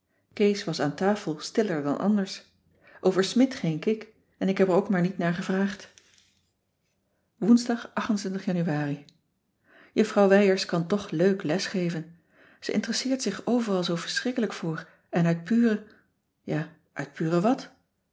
kees was aan tafel stiller dan anders over smidt geen kik en ik heb er ook maar niet naar gevraagd es oensdag anuari uffrouw ijers kan toch leuk les geven ze interesseert zich overal zoo verschrikkelijk voor en uit pure ja